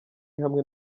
hamwe